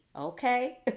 okay